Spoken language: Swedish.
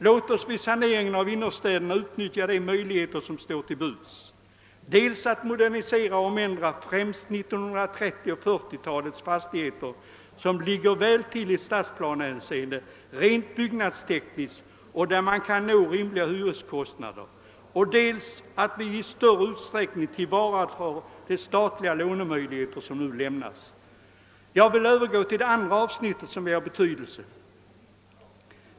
Låt oss vid saneringen av innerstäderna utnyttja de möjligheter som står till buds. Dessa är dels att modernisera och ändra främst 1930 och 1940-talens fastigheter, som ligger väl till i stadsplanehänseende rent byggnadstekniskt och där man kan nå rimliga hyreskostnader, dels att i större utsträckning tillvarata de statliga lånemöjligheter som nu finns. Jag vill övergå till det andra avsnitt som är av betydelse.